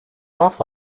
off